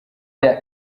rya